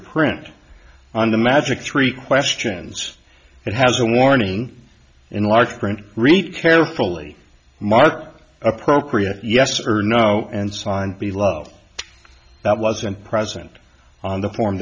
print on the magic three questions it has a warning in large print really carefully mark appropriate yes or no and signed below that wasn't present on the for